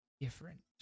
different